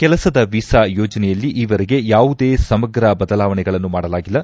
ಕೆಲಸದ ವೀಸಾ ಯೋಜನೆಯಲ್ಲಿ ಈವರೆಗೆ ಯಾವುದೇ ಸಮಗ್ರ ಬದಲಾವಣೆಗಳನ್ನು ಮಾಡಲಾಗಿಲ್ಲ